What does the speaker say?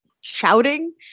shouting